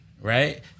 right